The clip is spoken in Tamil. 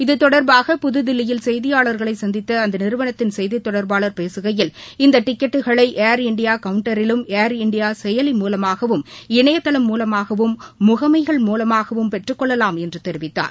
இது தொடர்பாக புதுதில்லியில் செய்தியாளர்களை சந்தித்த அந்நிறுவனத்தின் செய்தித் தொடர்பாளர் பேசுகையில் இந்த டிக்கெட்டுகளை ஏர் இண்டியா கவுண்டர்களிலும் ஏர் இண்டியா செயலி முலமாகவும் இணையதளம் மூலமாகவும் முகமைகள் மூலமாகவும் பெற்றுக்கொள்ளலாம் என்று தெரிவித்தார்